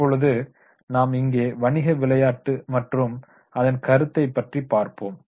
இப்போது நாம் இங்கே வணிக விளையாட்டு மற்றும் அதன் கருத்தை பற்றி பார்ப்போம்